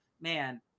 Man